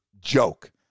joke